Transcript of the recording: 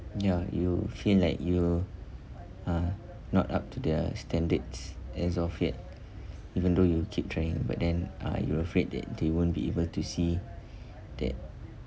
ya you feel like you are not up to their standards as of yet even though you keep trying but then uh you afraid that they won't be able to see that